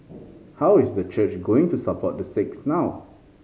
how is the church going to support the six now